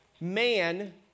man